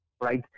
right